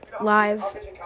live